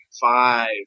Five